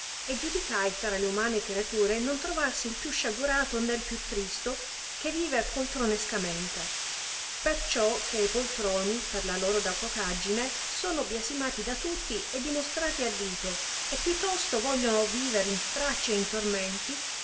e giudicai tra le umane creature non trovarsi il più sciagurato nel più tristo che viver poltronescamente perciò che e poltroni per la loro dapocagine sono biasmati da tutti e dimostrati a dito e più tosto vogliono viver in stracci e in tormenti